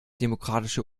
demokratische